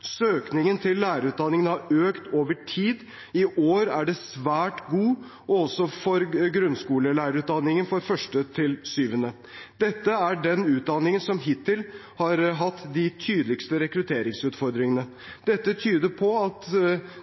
Søkningen til lærerutdanningen har økt over tid. I år er den svært god, også for grunnskolelærerutdanningen for 1. til 7. klasse. Dette er den utdanningen som hittil har hatt de tydeligste rekrutteringsutfordringene. Det tyder på at